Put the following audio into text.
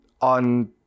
on